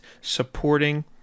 supporting